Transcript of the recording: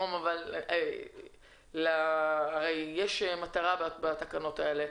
יש מטרה לתקנות האלה,